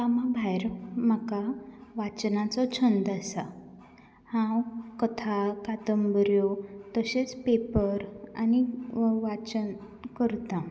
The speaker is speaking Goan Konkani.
कामां भायर म्हाका वाचनाचो छंद आसा हांव कथा कांदबऱ्यो तशेंच पेपर आनी वाचन करतां